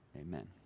Amen